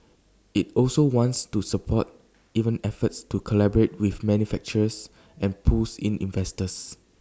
IT also wants to support even efforts to collaborate with manufacturers and pulls in investors